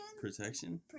Protection